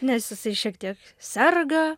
nes jisai šiek tiek serga